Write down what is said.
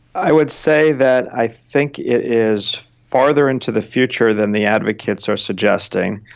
i would say that i think it is farther into the future than the advocates are suggesting,